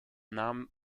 nahm